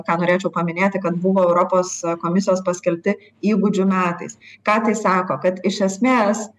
ką norėčiau paminėti kad buvo europos komisijos paskelbti įgūdžių metais ką tai sako kad iš esmės